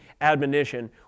admonition